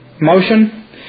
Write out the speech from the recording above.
motion